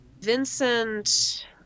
Vincent